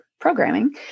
programming